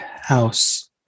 house